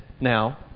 now